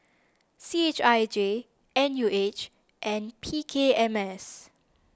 C H I J N U H and P K M S